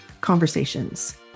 conversations